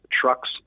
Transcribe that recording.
trucks